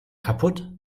kaputt